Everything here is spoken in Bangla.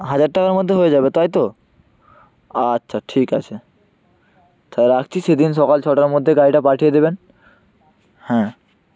হাজার টাকার মধ্যে হয়ে যাবে তাই তো আচ্ছা ঠিক আছে তা রাখছি সেদিন সকাল ছটার মধ্যে গাড়িটা পাঠিয়ে দেবেন হ্যাঁ